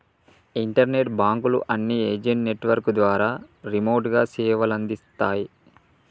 internet బాంకుల అన్ని agent network ద్వారా రిమోట్ గా సేవలందిత్తాయి